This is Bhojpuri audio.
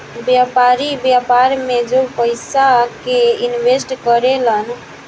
व्यापारी, व्यापार में जो पयिसा के इनवेस्ट करे लन